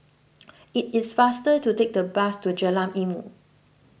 it is faster to take the bus to Jalan Ilmu